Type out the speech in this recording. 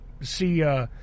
see